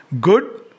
Good